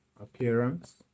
appearance